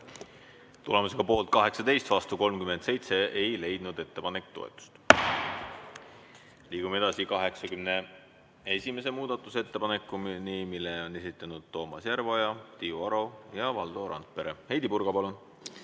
Tulemusega poolt 18, vastu 37, ei leidnud ettepanek toetust. Liigume edasi 81. muudatusettepanekuni, mille on esitanud Toomas Järveoja, Tiiu Aro ja Valdo Randpere. Heidy Purga, palun!